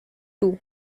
two